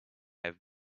have